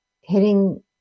hitting